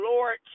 Lord